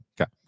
Okay